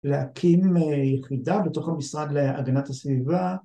להקים יחידה לתוך המשרד להגנת הסביבה